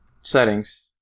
settings